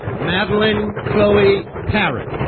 madelyn chloe parrott